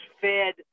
fed